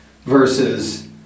versus